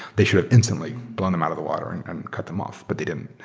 they should have instantly blown them out of the water and and cut them off, but they didn't.